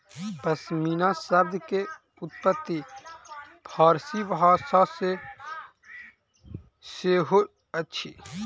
पश्मीना शब्द के उत्पत्ति फ़ारसी भाषा सॅ सेहो अछि